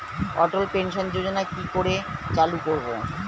অটল pension যোজনার কি করে চালু করব?